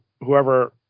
whoever